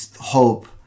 hope